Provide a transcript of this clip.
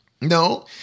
No